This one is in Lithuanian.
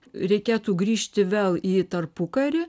reikėtų grįžti vėl į tarpukarį